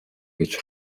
гэж